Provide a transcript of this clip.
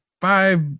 five